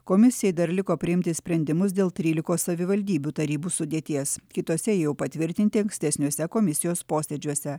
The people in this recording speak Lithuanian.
komisijai dar liko priimti sprendimus dėl trylikos savivaldybių tarybų sudėties kitose jau patvirtinti ankstesniuose komisijos posėdžiuose